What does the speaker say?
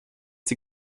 sie